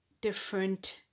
different